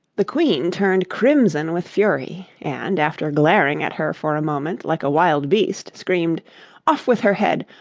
the queen turned crimson with fury, and, after glaring at her for a moment like a wild beast, screamed off with her head!